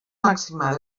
màxima